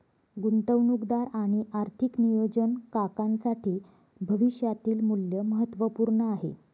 गुंतवणूकदार आणि आर्थिक नियोजन काकांसाठी भविष्यातील मूल्य महत्त्वपूर्ण आहे